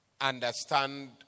understand